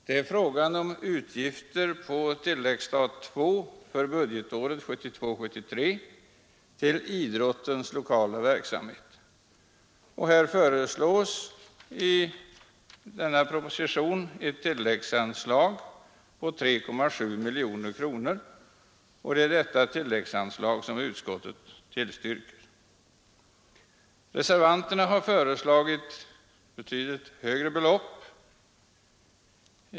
Det är fråga om utgifter på tilläggsstat II för budgetåret 1972/73 till idrottens lokala verksamhet. Här föreslås i propositionen ett tilläggsanslag på 3,7 miljoner kronor, och det är detta tilläggsanslag som utskottet tillstyrker. Reservanterna har föreslagit betydligt högre belopp.